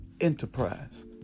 enterprise